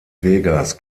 vegas